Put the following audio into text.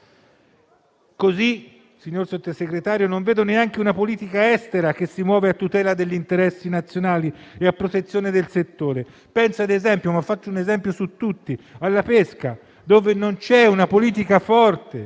Così, signor Sottosegretario, non vedo neanche una politica estera che si muove a tutela degli interessi nazionali e a protezione del settore. Penso ad esempio alla pesca (faccio un esempio su tutti), dove non c'è una politica forte